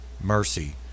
mercy